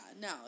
No